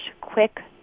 quick